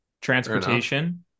transportation